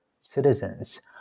citizens